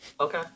okay